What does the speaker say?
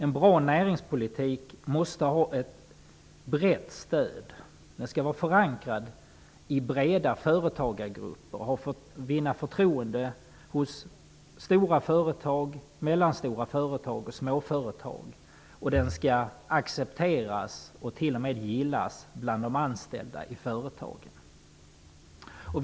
En bra näringspolitik måste ha ett brett stöd -- den skall vara förankrad i breda företagargrupper och vinna förtroende hos stora företag, medelstora företag och småföretag. Den skall accepteras och t.o.m. gillas bland de anställda i företagen.